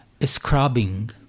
scrubbing